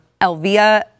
Elvia